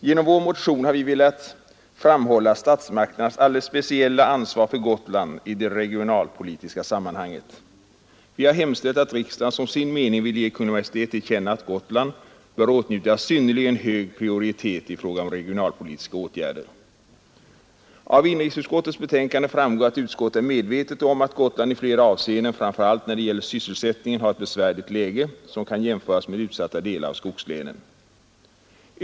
Genom vår motion har vi velat framhålla statsmakternas alldeles Regional utveckspeciella ansvar för Gotland i det regionalpolitiska sammanhanget. Vi har ling och hushållning hemställt att riksdagen som sin mening ville ge Kungl. Maj:t till känna att med mark och vat Gotland bör åtnjuta synnerligen hög prioritet i fråga om regionalpolitiska sn åtgärder. Av inrikesutskottets betänkande framgår att utskottet är medvetet om att Gotland i flera avseenden, framför allt när det gäller sysselsättningen, har ett besvärligt läge som kan jämföras med utsatta delar av skogslänen.